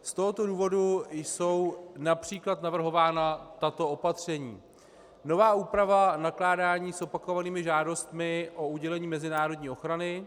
Z tohoto důvodu jsou například navrhována tato opatření: Nová úprava nakládání s opakovanými žádostmi o udělení mezinárodní ochrany.